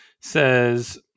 says